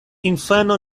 infano